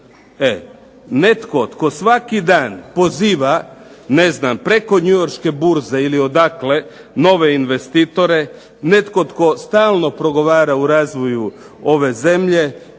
Netko tko svaki dan poziva preko njujorške burze ili odakle nove investitore, netko tko stalno progovara o razvoju ove zemlje,